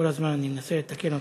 כל הזמן אני מנסה לתקן אותך.